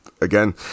Again